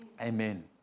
Amen